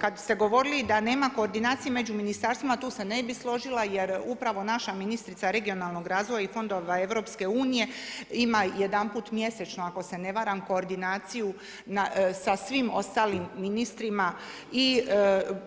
Kada ste govorili da nema koordinacije među ministarstvima, tu se ne bih složila jer upravo naša ministrica regionalnog razvoja i fondova EU ima jedanput mjesečno ako se ne varam koordinaciju sa svim ostalim ministrima i